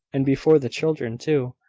and before the children, too!